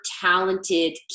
talented